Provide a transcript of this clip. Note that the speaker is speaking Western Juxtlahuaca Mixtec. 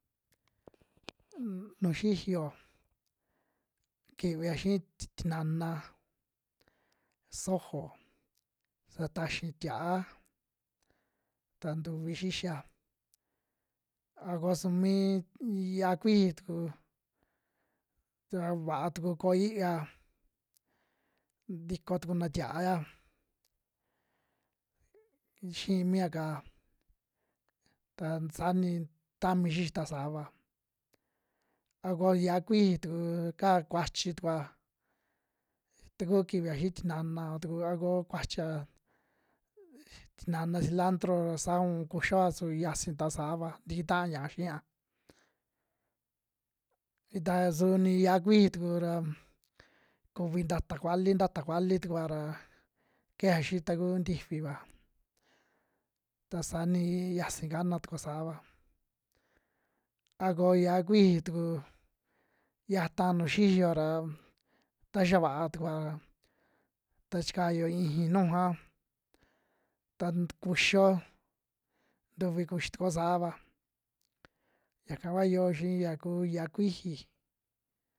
nuju xiyo kivia xii tinana sojo sa taxii tia'a, ta ntuvi xixia a ko su mii yia'a kuiji tuku ta vaa tuku koo i'iya, ntiko tukuna tia'aya xii mia kaa ta saa ni tami xixitua saava, a koo yia'a kuiji tuku kaa kuachi tukua, ta ku kivia xii tinanava tuku a koo kuachia tinana cilantro ra saa un kuxioa su yasi tua saava tikitaa ña'a xia, a ta suu ni yia'a kuiji tuku ra kuvi ntata kuali, ntata kuali tukua ra keja xii taku ntifiva ta saa ni yasi kana tukua saava, a ko yia'a kuiji tuku yata nuju xiyo ra a xa vaa tukua ra, ta chikayo iixi nujua tant kuxio ntuvi kuxi tukuo saava, yaka kua yio xia kuu yia'a kuiji.